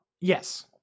Yes